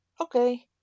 Okay